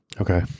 Okay